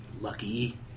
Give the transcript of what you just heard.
lucky